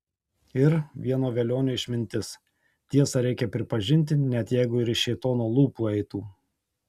ir vieno velionio išmintis tiesą reikia pripažinti net jeigu ir iš šėtono lūpų eitų